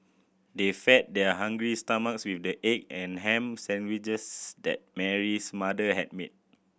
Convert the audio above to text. they fed their hungry stomachs with the egg and ham sandwiches that Mary's mother had made